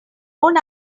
own